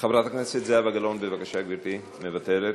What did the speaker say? חברת הכנסת זהבה גלאון, בבקשה, גברתי, מוותרת.